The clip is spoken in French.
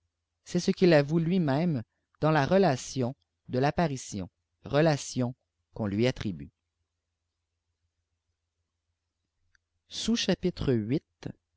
c'est ce qu'il avoue lui-même dans la relation de l'apparition relation qu'on lui attribue